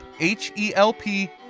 H-E-L-P